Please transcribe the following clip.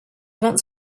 wants